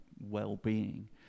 well-being